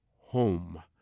Home